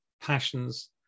passions